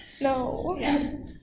No